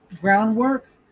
groundwork